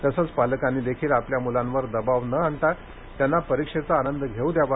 तसंच पालकांनी देखील आपल्या मुलांवर दबाव न आणता त्यांना परीक्षेचा आनंद घेऊ द्यावा